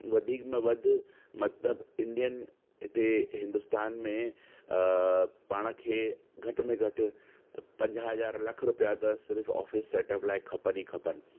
वधीक में वधि मतलबु इंडियन हिते हिंदुस्तान में पाण खे घटि में घटि पंजाह हज़ार लख रुपिया त सिर्फ़ु ऑफिस सेटप लाइ खपनि ई खपनि